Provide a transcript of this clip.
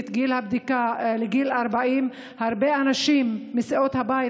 גיל הבדיקה לגיל 40. הרבה אנשים מסיעות הבית,